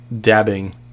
dabbing